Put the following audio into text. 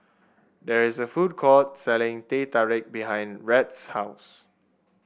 there is a food court selling Teh Tarik behind Rhett's house